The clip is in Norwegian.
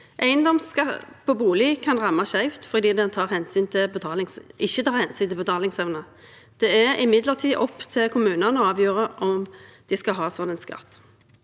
Eiendomsskatt på bolig kan ramme skjevt, fordi den ikke tar hensyn til betalingsevne. Det er imidlertid opp til kommunene å avgjøre om de skal ha slik skatt.